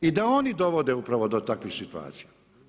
I da oni dovode upravo do takve situacije.